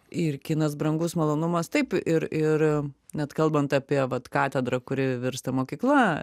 ir kinas brangus malonumas taip ir ir net kalbant apie vat katedrą kuri virsta mokykla